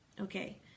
okay